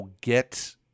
get